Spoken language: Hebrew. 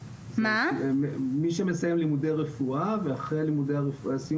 מי שמסיים לימודי רפואה ואחרי סיום